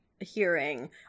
hearing